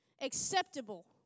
acceptable